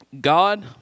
God